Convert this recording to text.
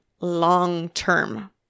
long-term